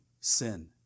sin